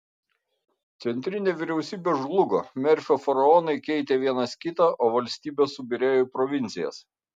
centrinė vyriausybė žlugo merfio faraonai keitė vienas kitą o valstybė subyrėjo į provincijas